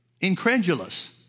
incredulous